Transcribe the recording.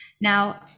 now